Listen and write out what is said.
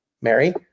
Mary